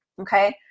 okay